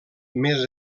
més